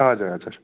हजुर हजुर